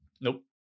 Nope